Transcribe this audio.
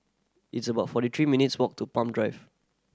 it's about forty three minutes' walk to Palm Drive